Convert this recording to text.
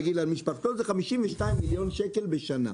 זה 52 מיליון שקל בשנה.